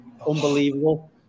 unbelievable